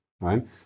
right